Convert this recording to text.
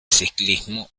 ciclismo